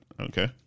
okay